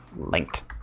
linked